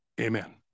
Amen